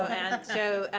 so and, so,